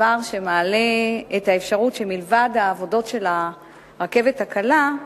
דבר שמעלה את האפשרות שמלבד העבודות של הרכבת הקלה,